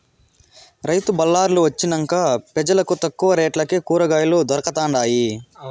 రైతు బళార్లు వొచ్చినంక పెజలకు తక్కువ రేట్లకే కూరకాయలు దొరకతండాయి